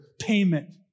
payment